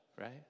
right